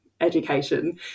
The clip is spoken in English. education